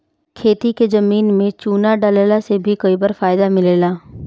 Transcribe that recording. खेती के जमीन में चूना डालला से भी कई बार फायदा मिलेला